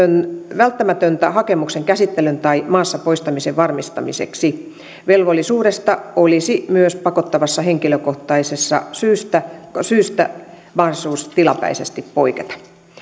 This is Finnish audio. välttämätöntä hakemuksen käsittelyn tai maasta poistamisen varmistamiseksi velvollisuudesta myös olisi pakottavasta henkilökohtaisesta syystä syystä mahdollisuus tilapäisesti poiketa